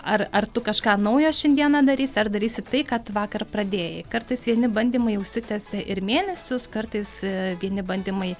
ar ar tu kažką naujo šiandieną darysi ar darysi tai ką tu vakar pradėjai kartais vieni bandymai užsitęsia ir mėnesius kartais vieni bandymai